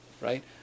right